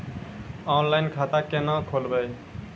Online खाता केना खोलभैबै?